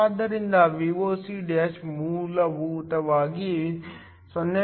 ಆದ್ದರಿಂದ Voc ಮೂಲಭೂತವಾಗಿ 0